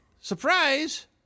surprise